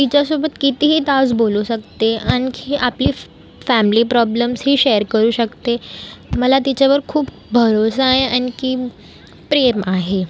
तिच्यासोबत कितीही तास बोलू शकते आणखी आपली फ् फॅमली प्रॉब्लम्सही शेअर करू शकते मला तिच्यावर खूप भरोसा आहे आणखी प्रेम आहे